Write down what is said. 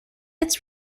its